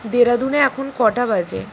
দেরাদুনে এখন কটা বাজে